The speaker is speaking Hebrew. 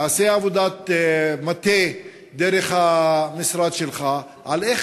תעשה עבודת מטה דרך המשרד שלך על איך